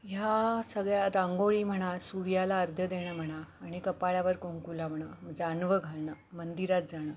ह्या सगळ्या रांगोळी म्हणा सूर्याला अर्ध्य देणं म्हणा आणि कपाळ्यावर कुंकू लावणं जानवं घालणं मंदिरात जाणं